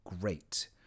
great